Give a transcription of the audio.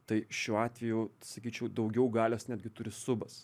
tai šiuo atveju sakyčiau daugiau galios netgi turi subas